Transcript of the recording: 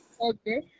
Okay